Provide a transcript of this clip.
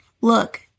Look